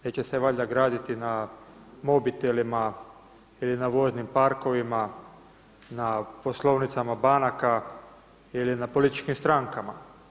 Neće se valjda graditi na mobitelima ili na voznim parkovima, na poslovnicama banaka ili na političkim strankama.